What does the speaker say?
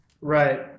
Right